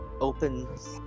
opens